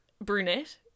brunette